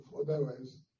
otherwise